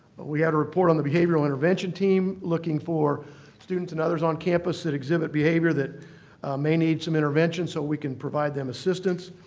we had a report on the behavioral intervention team looking for students and others on campus that exhibit behavior that may need some intervention so we can provide them assistance.